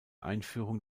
einführung